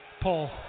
Paul